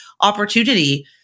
opportunity